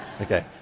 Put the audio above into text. Okay